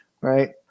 right